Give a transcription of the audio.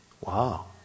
Wow